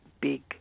big